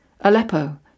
Aleppo